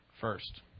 first